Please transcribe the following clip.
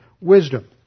wisdom